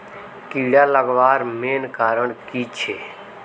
कीड़ा लगवार मेन कारण की छे?